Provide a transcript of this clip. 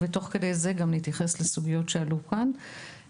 ותוך כדי זה נתייחס לסוגיות שעלו כאן.